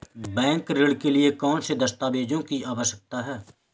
Bank ऋण के लिए कौन से दस्तावेजों की आवश्यकता है?